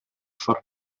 far